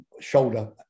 shoulder